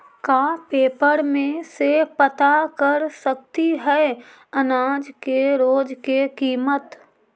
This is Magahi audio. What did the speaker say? का पेपर में से पता कर सकती है अनाज के रोज के किमत?